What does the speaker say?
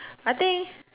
I think